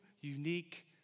unique